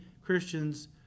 Christians